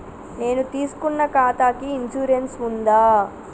నేను తీసుకున్న ఖాతాకి ఇన్సూరెన్స్ ఉందా?